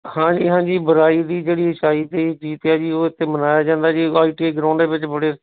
ਹਾਂਜੀ ਹਾਂਜੀ ਬੁਰਾਈ ਦੀ ਜਿਹੜੀ ਅੱਛਾਈ 'ਤੇ ਜਿੱਤ ਹੈ ਉਹ ਇੱਥੇ ਮਨਾਇਆ ਜਾਂਦੀ ਜੀ ਆਈ ਟੀ ਆਈ ਗਰਾਊਂਡ ਦੇ ਵਿੱਚ ਬੜੇ